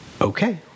okay